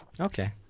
Okay